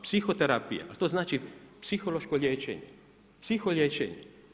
Psihoterapija, a to znači psihološko liječenje, psiho liječenje.